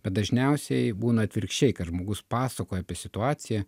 bet dažniausiai būna atvirkščiai kad žmogus pasakoja apie situaciją